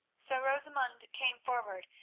so rosamund came forward,